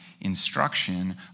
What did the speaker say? instruction